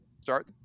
start